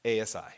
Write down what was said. ASI